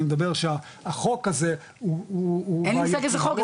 אני מדבר שהחוק הזה הוא --- אין לי מושג איזה חוק,